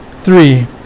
Three